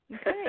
okay